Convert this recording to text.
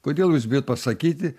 kodėl jūs bijot pasakyti